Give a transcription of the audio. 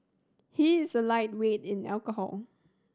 he is a lightweight in alcohol